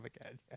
again